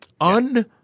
un